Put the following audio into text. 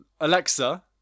Alexa